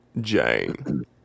Jane